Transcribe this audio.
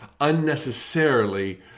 unnecessarily